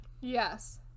Yes